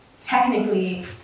technically